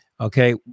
okay